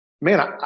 man